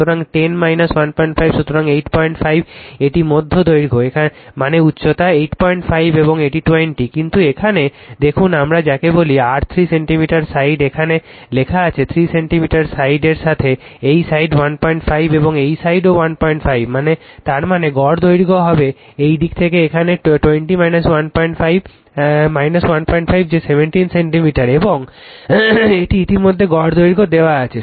সুতরাং 10 15 সুতরাং 85 এটি মধ্য দৈর্ঘ্য মানে উচ্চতা 85 এবং এটি 20 কিন্তু এখানে দেখুন আমরা যাকে বলি R3 সেন্টিমিটার সাইড এখানে লেখা আছে 3 সেন্টিমিটার সাইডের সাথে এই সাইড 15 এবং এই সাইডটিও 15 তার মানে গড় দৈর্ঘ্য হবে এই দিক থেকে এখানে 20 15 15 যে 17 সেন্টিমিটার এবং এটি ইতিমধ্যেই গড় দৈর্ঘ্য দেওয়া আছে